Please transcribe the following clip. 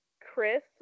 Chris